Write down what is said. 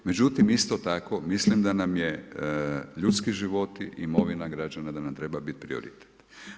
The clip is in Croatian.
Međutim, isto tako mislim da nam je ljudski životi i imovina građana da nam treba biti prioritet.